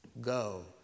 Go